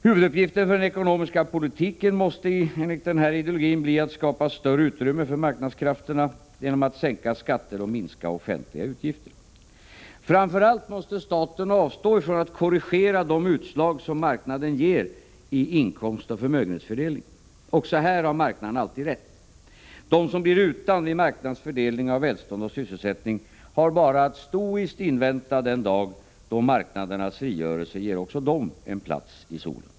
Huvuduppgiften för den ekonomiska politiken måste enligt denna ideologi bli att skapa större utrymme för marknadskrafterna genom att sänka skatterna och minska de statliga utgifterna. Framför allt måste staten avstå från att korrigera de utslag som marknaden ger i inkomstoch förmögenhetsfördelning. Också här har marknaden alltid rätt. De som blir utan vid marknadens fördelning av välstånd och sysselsättning har bara att stoiskt invänta den dag då marknadens frigörelse ger även dem en plats i solen.